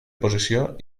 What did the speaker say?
posició